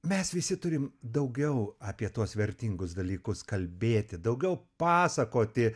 mes visi turim daugiau apie tuos vertingus dalykus kalbėti daugiau pasakoti